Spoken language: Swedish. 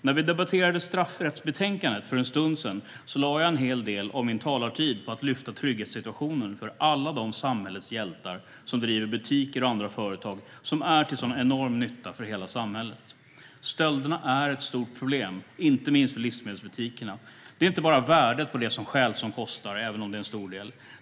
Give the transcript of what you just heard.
När vi debatterade straffrättsbetänkandet för en stund sedan lade jag en hel del av min talartid på att lyfta trygghetssituationen för alla de samhällets hjältar som driver butiker och andra företag som är till sådan enorm nytta för hela samhället. Stölderna är ett stort problem, inte minst för livsmedelsbutikerna. Det är inte bara värdet på det som stjäls som kostar, även om det är en stor del.